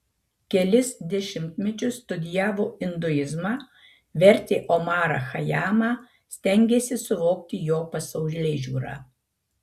kelis dešimtmečius studijavo induizmą vertė omarą chajamą stengėsi suvokti jo pasaulėžiūrą